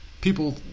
People